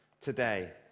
today